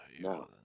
No